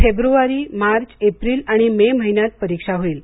February मार्च एप्रील आणि मे महिन्यात परिक्षा होईल